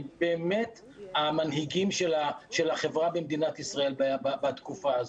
הם באמת המנהיגים של החברה במדינת ישראל בתקופה הזו.